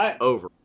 over